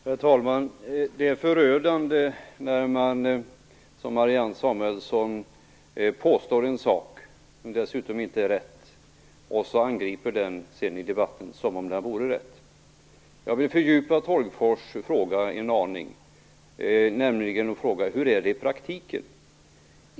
Herr talman! Det är förödande när man som Marianne Samuelsson gör påstår något som inte är rätt och sedan gör angrepp i debatten som om det vore rätt. Jag vill fördjupa Tolgfors fråga en aning. Hur är det i praktiken?